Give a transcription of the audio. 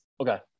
Okay